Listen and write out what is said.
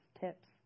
tips